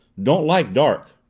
don't like dark.